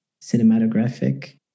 cinematographic